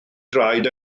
draed